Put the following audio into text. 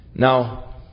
Now